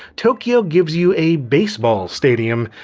tokyo gives you a baseball stadium.